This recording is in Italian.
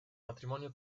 matrimonio